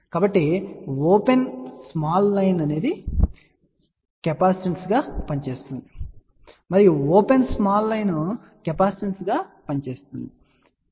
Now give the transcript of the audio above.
కాబట్టి open small line కెపాసిటెన్స్గా పనిచేస్తుంది మరియు ఓపెన్ స్మాల్ లైన్ కెపాసిటెన్స్గా పనిచేస్తుంది సరే